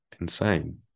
Insane